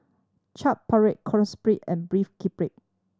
Chaat Papri Quesadillas and Beef Galbi